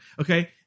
Okay